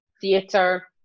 theatre